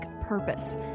purpose